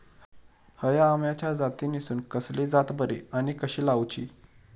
हया आम्याच्या जातीनिसून कसली जात बरी आनी कशी लाऊची?